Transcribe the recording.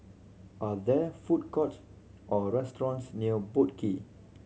are there food courts or restaurants near Boat Quay